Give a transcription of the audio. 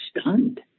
stunned